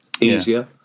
easier